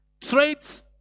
traits